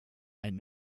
ein